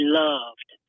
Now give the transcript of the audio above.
loved